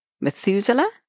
Methuselah